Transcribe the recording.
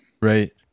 Right